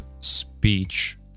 speech